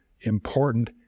important